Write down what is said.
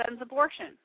abortion